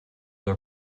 are